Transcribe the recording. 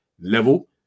level